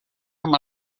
amb